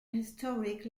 historic